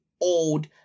old